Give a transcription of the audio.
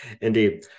Indeed